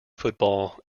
football